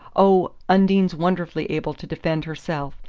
oh, undine's wonderfully able to defend herself,